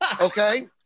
Okay